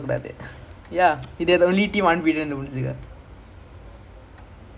really ah wait who's in is the D_R_B all these is it